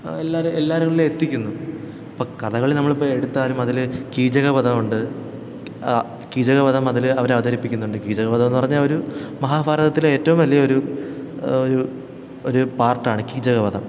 എല്ലാവരും എല്ലാവരിലും എത്തിക്കുന്നു അപ്പോള് കഥകളി നമ്മളിപ്പോള് എടുത്താലും അതില് കീചക വധമുണ്ട് കീചക വധം അതില് അവരവതരിപ്പിക്കുന്നുണ്ട് കീചകവധമെന്നു പറഞ്ഞാല് ഒരു മഹാഭാതത്തിലെ ഏറ്റവും വലിയൊരു ഒരു ഒരു പാർട്ടാണ് കീചക വധം